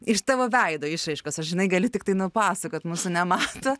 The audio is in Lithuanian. iš tavo veido išraiškos aš žinai galiu tiktai nupasakot mūsų nemato